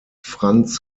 franz